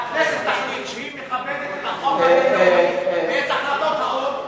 הכנסת תחליט שהיא מכבדת את החוק הבין-לאומי ואת החלטות האו"ם,